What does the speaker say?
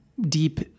deep